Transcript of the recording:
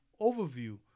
overview